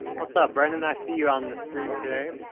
what's up, brendan? i see you on the stream today.